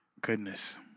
goodness